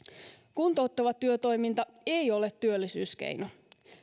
kuntouttava työtoiminta ei ole työllisyyskeino